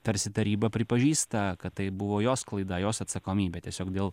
tarsi taryba pripažįsta kad tai buvo jos klaida jos atsakomybė tiesiog dėl